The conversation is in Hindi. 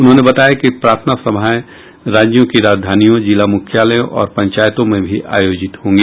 उन्होंने बताया कि प्रार्थना सभाएं राज्यों की राजधानियों जिला मुख्यालयों और पंचायतों में भी आयोजित होंगी